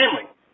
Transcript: family